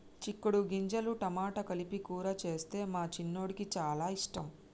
చిక్కుడు గింజలు టమాటా కలిపి కూర చేస్తే మా చిన్నోడికి చాల ఇష్టం